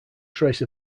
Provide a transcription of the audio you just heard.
trace